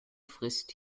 frisst